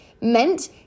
meant